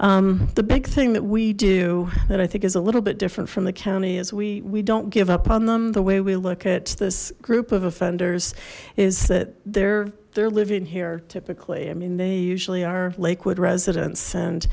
treatment the big thing that we do that i think is a little bit different from the county as we we don't give up on them the way we look at this group of offenders is that they're they're living here typically i mean they usually are lakewood residents and